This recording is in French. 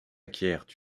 acquièrent